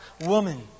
woman